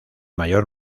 mayor